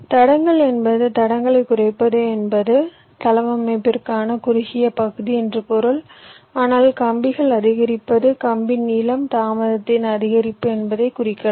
தடங்கள் என்பது தடங்களைக் குறைப்பது என்பது தளவமைப்பிற்கான குறுகிய பகுதி என்று பொருள் ஆனால் கம்பிகள் அதிகரிப்பது கம்பி நீளம் தாமதத்தின் அதிகரிப்பு என்பதைக் குறிக்கலாம்